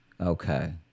Okay